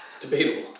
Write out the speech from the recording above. Debatable